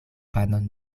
panon